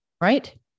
Right